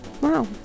Wow